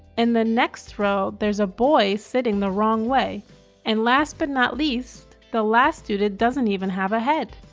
and the next row there's a boy sitting the wrong way and last but not least the last student doesn't even have a head!